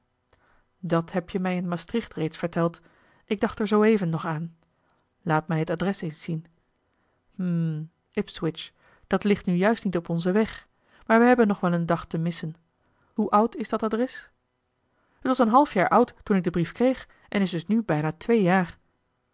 dat heb je mij in maastricht reeds verteld ik dacht er zooeven nog aan laat mij het adres eens zien hm ipswich dat ligt nu juist niet op onzen weg maar we hebben nog wel een dag te missen hoe oud is dat adres t was een half jaar oud toen ik den brief kreeg en is dus nu bijna twee jaar